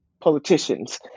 politicians